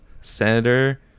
Senator